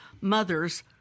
mother's